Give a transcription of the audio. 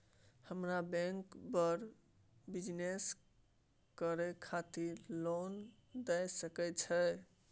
हमरा बैंक बर बिजनेस करे खातिर लोन दय सके छै?